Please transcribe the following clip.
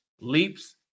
Leaps